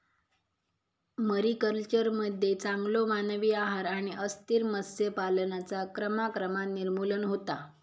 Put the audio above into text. मरीकल्चरमध्ये चांगलो मानवी आहार आणि अस्थिर मत्स्य पालनाचा क्रमाक्रमान निर्मूलन होता